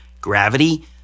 gravity